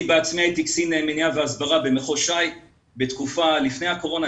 אני בעצמי הייתי קצין מניעה והסברה במחוז שי בתקופה שלפני הקורונה,